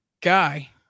guy